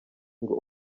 ngo